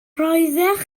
roeddech